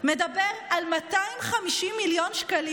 היה כאן דו-שיח,